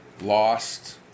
lost